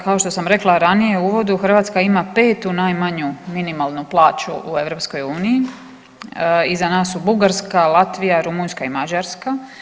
Kao što sam rekla ranije u uvodu Hrvatska ima petu najmanju minimalnu plaću u EU, iza nas su Bugarska, Latvija, Rumunjska i Mađarska.